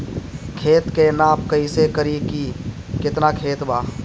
खेत के नाप कइसे करी की केतना खेत बा?